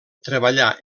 treballà